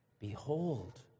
Behold